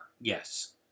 Yes